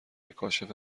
کاشف